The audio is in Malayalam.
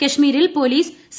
കശ്മീരിൽ പോലീസ് സി